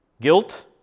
Guilt